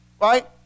right